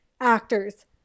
actors